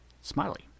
Smiley